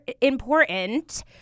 important